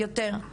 אפילו יותר.